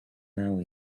now